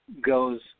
goes